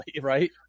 right